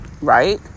right